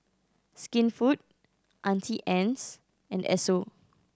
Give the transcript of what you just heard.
Skinfood Auntie Anne's and Esso